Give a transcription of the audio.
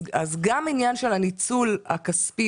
אז יש גם העניין של הניצול הכספי